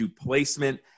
placement